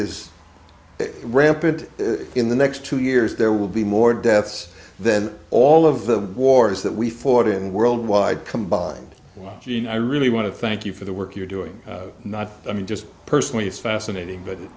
s rampant in the next two years there will be more deaths then all of the wars that we fought in world wide combined one gene i really want to thank you for the work you're doing not i mean just personally it's fascinating but